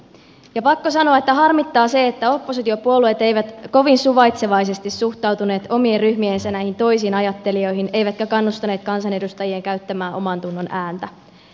ja pakko sanoa että harmittaa että oppositiopuolueet eivät kovin suvaitsevaisesti suhtautuneet omien ryhmiensä toisinajattelijoihin eivätkä kannustaneet kansanedustajia käyttämään omantunnon ääntä